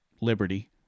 liberty